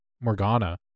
Morgana